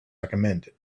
recommended